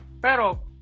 Pero